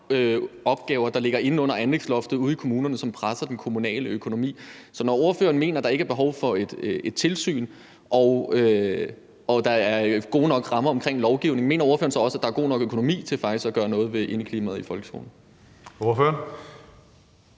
mange andre opgaver, der ligger inde under anlægsloftet ude i kommunerne, og som presser den kommunale økonomi. Så når ordføreren mener, at der ikke er behov for et tilsyn, og at der er gode nok rammer omkring lovgivningen, mener ordføreren så også, at der er god nok økonomi til faktisk at gøre noget ved indeklimaet i folkeskolen?